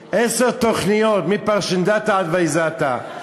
יש פה עשר תוכניות, מפרשנדתא עד ויזתא.